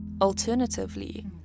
Alternatively